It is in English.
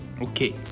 Okay